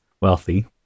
wealthy